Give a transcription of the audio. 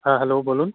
হ্যাঁ হ্যালো বলুন